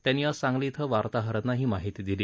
त्यांनी आज सांगली इथं वार्ताहरांना ही माहिती दिली